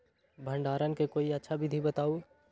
भंडारण के कोई अच्छा विधि बताउ?